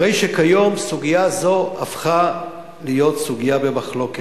הרי שכיום סוגיה זו הפכה להיות סוגיה במחלוקת.